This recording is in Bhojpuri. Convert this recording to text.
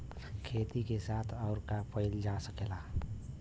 खेती के साथ अउर का कइल जा सकेला?